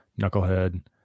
Knucklehead